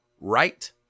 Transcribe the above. right